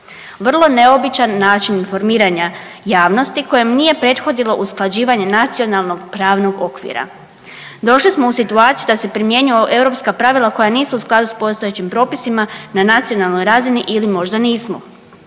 Vrlo neobičan način informiranja javnosti kojem nije prethodilo usklađivanje nacionalnog pravnog okvira. Došli smo u situaciju da se primjenjuju Europska pravila koja nisu u skladu s postojećim propisima na nacionalnoj razini ili možda nismo.